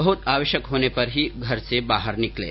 बहुत आवश्यक होने पर ही घर से बाहर निकलें